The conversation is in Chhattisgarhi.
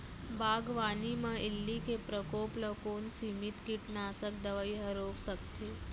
बागवानी म इल्ली के प्रकोप ल कोन सीमित कीटनाशक दवई ह रोक सकथे?